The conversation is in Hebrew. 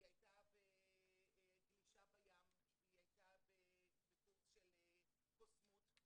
היא הייתה בגלישה בים, היא הייתה בקורס של קוסמות.